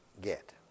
get